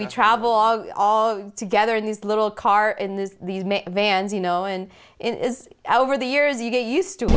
we travel all all together in these little car in this these vans you know and out over the years you get used to